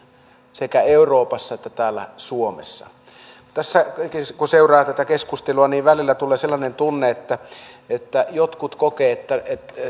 sekä euroopassa että täällä suomessa tässä kun seuraa tätä keskustelua niin välillä tulee sellainen tunne että että jotkut kokevat että